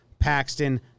Paxton